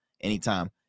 anytime